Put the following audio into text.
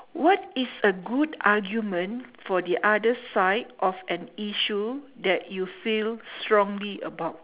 what is a good argument for the other side of an issue that you feel strongly about